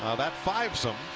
that vibes them.